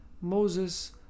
Moses